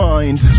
mind